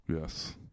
Yes